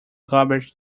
garbage